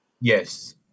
Yes